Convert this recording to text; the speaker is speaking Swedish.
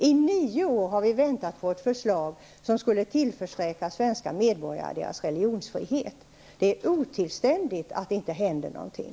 I nio år har vi väntat på ett förslag som skulle tillförsäkra svenska medborgare deras religionfrihet. Det är otillständigt att det inte hänt någonting!